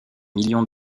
millions